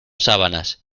sábanas